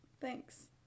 Thanks